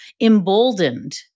emboldened